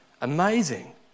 Amazing